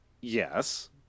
yes